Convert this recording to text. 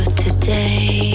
today